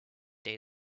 day